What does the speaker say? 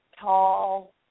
tall